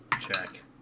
check